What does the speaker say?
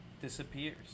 disappears